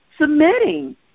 submitting